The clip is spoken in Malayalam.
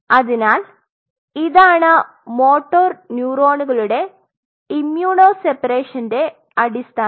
അതിനാൽ ഇതാണ് മോട്ടോർ ന്യൂറോണുകളുടെ ഇമ്യൂണോ സെപ്പറേഷന്റെ അടിസ്ഥാനം